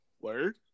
word